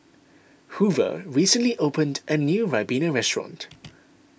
Hoover recently opened a new Ribena restaurant